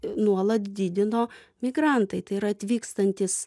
nuolat didino migrantai tai yra atvykstantys